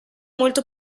molto